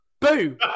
Boo